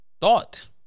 thought